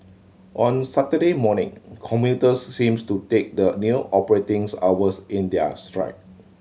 on Saturday morning commuters seems to take the new operating hours in their stride